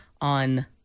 on